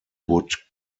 would